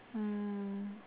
mm